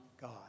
God